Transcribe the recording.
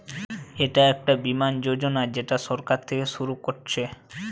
এটা একটা বীমা যোজনা যেটা সরকার থিকে শুরু করছে